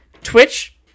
Twitch